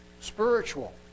spiritual